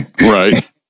Right